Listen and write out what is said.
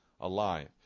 alive